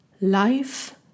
life